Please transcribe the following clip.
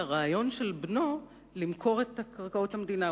הרעיון של בנו למכור את קרקעות המדינה.